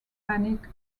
panic